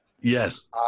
yes